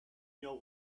know